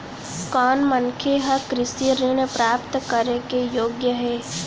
कोन मनखे ह कृषि ऋण प्राप्त करे के योग्य हे?